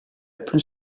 plus